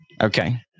Okay